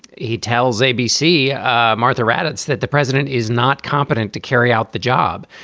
he tells abc ah martha raddatz that the president is not competent to carry out the job.